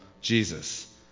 Jesus